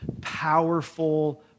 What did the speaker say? powerful